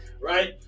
right